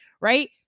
Right